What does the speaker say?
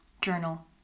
Journal